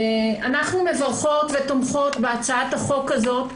אנחנו מברכות ותומכות בהצעת החוק הזאת,